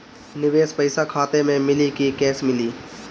निवेश पइसा खाता में मिली कि कैश मिली?